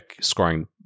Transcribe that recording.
scoring